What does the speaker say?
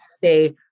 say